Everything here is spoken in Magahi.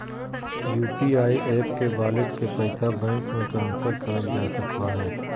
यू.पी.आई एप के वॉलेट के पैसा बैंक मे ट्रांसफर करल जा सको हय